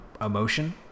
emotion